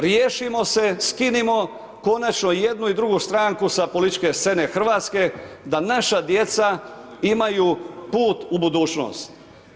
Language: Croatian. Riješimo se, skinimo konačno jednu i drugu stranku sa političke scene Hrvatske da naša djeca imaju put u budućnost.